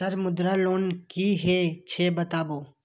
Sir Mudra loan की हे छे बताबू?